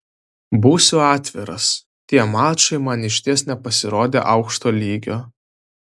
būsiu atviras tie mačai man išties nepasirodė aukšto lygio